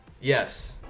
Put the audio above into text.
Yes